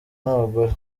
n’abagore